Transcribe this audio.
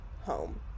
home